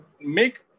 make